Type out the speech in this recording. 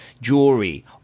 jewelry